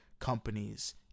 companies